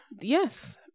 Yes